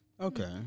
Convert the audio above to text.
Okay